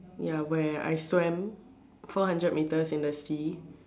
ya where I swam four hundred meters in the sea